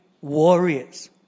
warriors